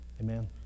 Amen